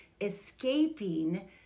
escaping